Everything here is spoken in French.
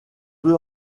peu